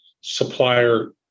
supplier